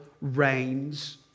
reigns